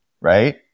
right